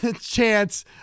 chance